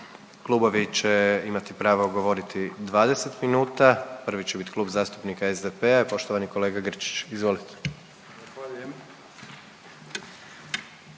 Klubovi će imati pravo govoriti 20 minuta. Prvi će biti Klub zastupnika SDP-a i poštovani kolega Grčić. Izvolite.